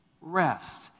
Rest